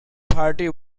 party